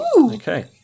Okay